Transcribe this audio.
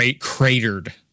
cratered